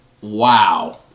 wow